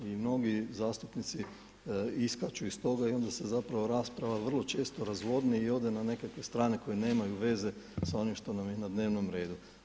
I mnogi zastupnici iskaču iz toga i onda se rasprava vrlo često razvodni i ode na nekakve strane koje nemaju veze s onim što nam je na dnevnom redu.